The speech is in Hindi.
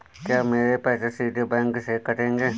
क्या मेरे पैसे सीधे बैंक से कटेंगे?